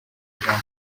jean